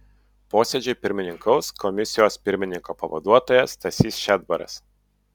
posėdžiui pirmininkaus komisijos pirmininko pavaduotojas stasys šedbaras